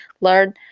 learn